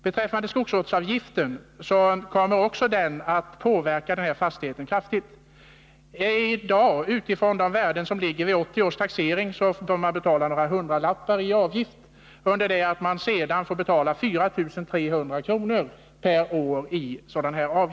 Höjningen av skogsvårdsavgiften kommer också att kraftigt påverka den här fastigheten. För taxeringsåret 1980 får man betala några hundralappar i skogsvårdsavgift. Efter höjningen får man betala 4 300 kr. per år.